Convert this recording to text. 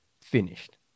finished